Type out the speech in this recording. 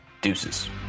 Deuces